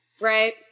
right